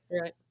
Right